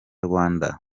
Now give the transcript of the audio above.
rwanda